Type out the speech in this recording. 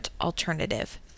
alternative